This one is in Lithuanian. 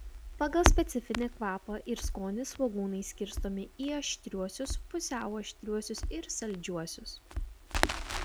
pagal specifinį kvapą ir skonį svogūnai skirstomi į aštriuosius pusiau aštriuosius ir saldžiuosius